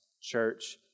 church